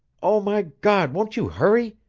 o, my god, won't you hurry?